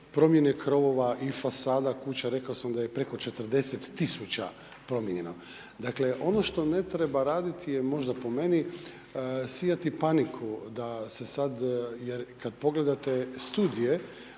promjene krovova i fasada kuća, rekao sam da je preko 40 tisuća promijenjeno. Dakle, ono što ne treba raditi je možda po meni sijati paniku da se sada jer kada pogledate studije